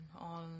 on